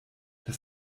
das